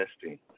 testing